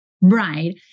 Right